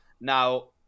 Now